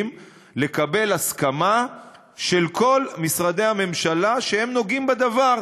לקבל הסכמה של כל משרדי הממשלה שהם נוגעים בדבר: